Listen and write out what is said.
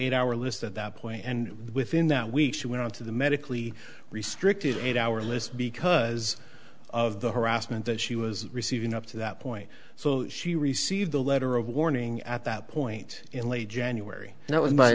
eight hour list at that point and within that week she went into the medically restricted eight hour list because of the harassment that she was receiving up to that point so she received a letter of warning at that point in late january and it was my